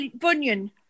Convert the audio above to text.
Bunyan